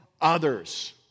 others